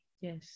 yes